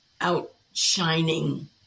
outshining